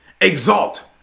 exalt